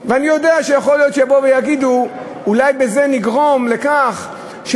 ואני יודע שיכול להיות שיבואו ויגידו: אולי בזה נגרום לכך ש,